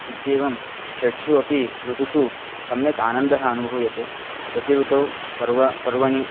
इत्येवं षट्सु अपि ऋतुषु सम्यक् आनन्दः अनुभूयते प्रतिऋतौ पर्व पर्वणि